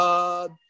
God